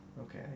Okay